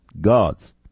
God's